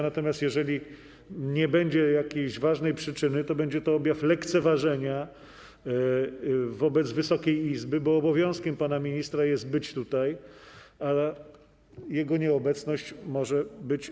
Natomiast jeżeli nie będzie jakiejś ważnej przyczyny, to będzie to objaw lekceważenia wobec Wysokiej Izby, bo obowiązkiem pana ministra jest być tutaj, a jego nieobecność może być.